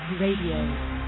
Radio